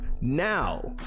now